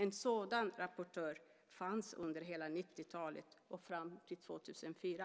En sådan rapportör fanns under hela 90-talet och fram till 2004.